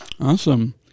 Awesome